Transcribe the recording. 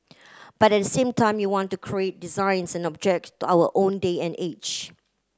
but at the same time we want to create designs and object our own day and age